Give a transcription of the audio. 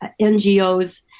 ngos